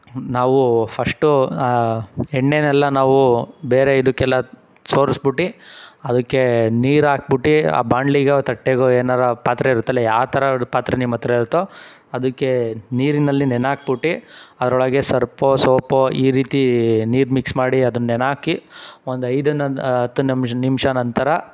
ನಾವು ಫಷ್ಟು ಎಣ್ಣೆನೆಲ್ಲಾ ನಾವು ಬೇರೆ ಇದಕ್ಕೆಲ್ಲ ಸೋರ್ಸ್ಬುಟ್ಟಿ ಅದಕ್ಕೆ ನೀರು ಹಾಕ್ಬುಟ್ಟಿ ಆ ಬಾಂಡ್ಲಿಗೋ ತಟ್ಟೆಗೋ ಏನಾರು ಪಾತ್ರೆ ಇರುತ್ತಲ್ಲ ಯಾವ್ ಥರ ಪಾತ್ರೆ ನಿಮ್ಮ ಹತ್ರ ಇರುತ್ತೋ ಅದಕ್ಕೆ ನೀರಿನಲ್ಲಿ ನೆನೆ ಹಾಕ್ಬುಟ್ಟಿ ಅದರೊಳಗೆ ಸರ್ಪೊ ಸೋಪೋ ಈ ರೀತಿ ನೀರು ಮಿಕ್ಸ್ ಮಾಡಿ ಅದನ್ನ ನೆನೆ ಹಾಕಿ ಒಂದು ಐದರಿಂದ್ ಹತ್ತು ನಿಮಿಷ ನಂತರ